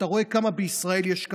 אתה רואה כמה בישראל יש,